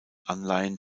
anleihen